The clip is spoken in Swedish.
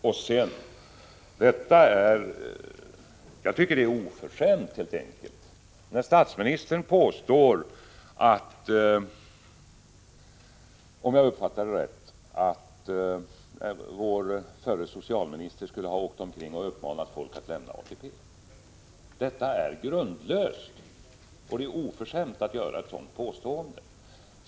Jag tycker helt enkelt att det är oförskämt när statsministern påstår att, om jag uppfattade det rätt, vår förre socialminister skulle ha åkt omkring och uppmanat folk att lämna ATP-systemet. Detta påstående är grundlöst. Det är oförskämt att göra ett sådant påstående.